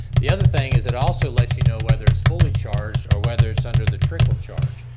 the other thing is it also lets you know whether it's fully charged or whether it's under the trickle charge.